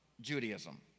Judaism